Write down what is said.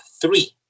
three